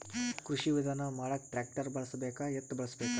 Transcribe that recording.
ಕೃಷಿ ವಿಧಾನ ಮಾಡಾಕ ಟ್ಟ್ರ್ಯಾಕ್ಟರ್ ಬಳಸಬೇಕ, ಎತ್ತು ಬಳಸಬೇಕ?